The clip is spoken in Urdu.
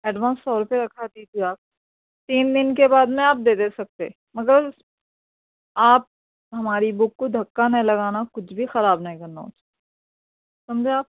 ایڈوانس سو روپے رکھا دیجیے آپ تین دن کے بعد میں آپ دے دے سکتے مگر آپ ہماری بک کو دھکا نہ لگانا کچھ بھی خراب نہیں کرنا اسے سمجھے آپ